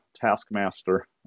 taskmaster